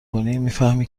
کنی، میفهمی